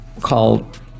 called